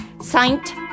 Saint